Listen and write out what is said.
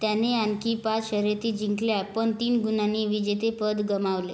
त्याने आनखी पाच शर्यती जिंकल्या पन तीन गुणांनी विजेतेपद गमावले